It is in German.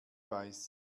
weiß